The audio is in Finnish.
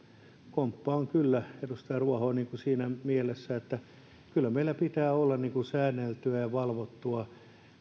komppaan kyllä edustaja ruohoa siinä mielessä että kyllä meillä pitää olla säänneltyä ja valvottua